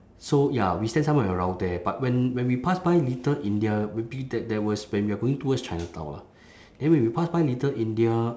so ya we stand somewhere around there but when when we pass by little india we believe that there was when we are going towards chinatown lah then when we pass by little india